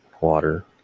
water